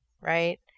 right